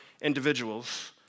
individuals